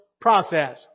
process